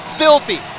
filthy